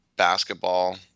basketball